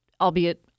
Albeit